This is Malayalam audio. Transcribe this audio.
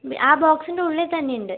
ആ ബോക്സിൻ്റെ ഉള്ളിൽ തന്നെ ഉണ്ട്